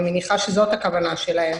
אני מניחה שזאת הכוונה שלהם,